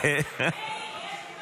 אני קובע כי גם הצעת חוק כלי ירייה (תיקון,